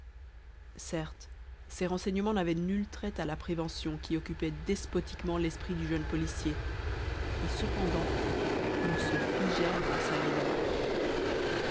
certes ces renseignements n'avaient nul trait à la prévention qui occupait despotiquement l'esprit du jeune policier et cependant ils se figèrent dans sa mémoire